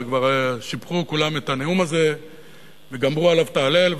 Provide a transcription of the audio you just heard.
וכבר שיבחו כולם את הנאום הזה וגמרו עליו את ההלל,